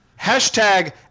Hashtag